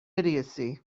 idiocy